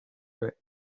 way